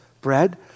bread